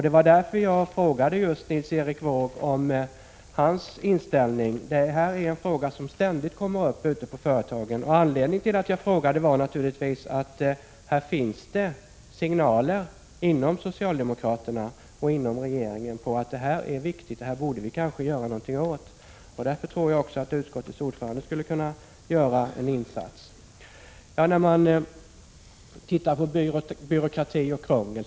Det var därför jag frågade Nils Erik Wååg om hans inställning. Det här är en fråga som ständigt kommer upp ute på företagen. Anledningen till att jag frågade var naturligtvis att det finns signaler inom socialdemokraterna och inom regeringen om att den frågan är viktig och att man borde göra något åt förhållandet. Här tror jag att utskottets ordförande skulle kunna göra en insats. En annan hämmande faktor är byråkrati och krångel.